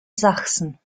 sachsen